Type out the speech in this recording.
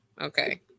Okay